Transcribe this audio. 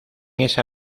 esa